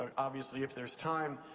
ah obviously if there's time,